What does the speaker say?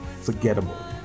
forgettable